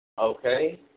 Okay